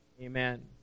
amen